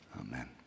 amen